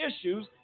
issues